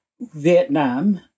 Vietnam